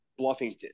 Bluffington